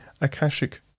Akashic